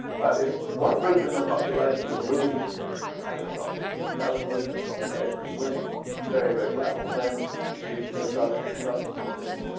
but if one group in the population is losing catastrophically, and the other group in the population is winning very, very well, then you've you've got got something.